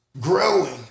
growing